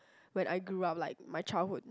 when I grew up like my childhood